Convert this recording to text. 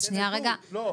לא,